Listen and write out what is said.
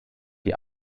die